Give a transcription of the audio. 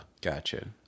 Gotcha